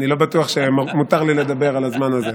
אני לא בטוח שמותר לי לדבר בזמן הזה.